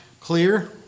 clear